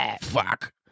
Fuck